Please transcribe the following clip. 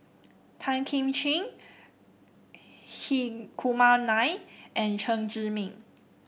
Tan Kim Ching Hri Kumar Nair and Chen Zhiming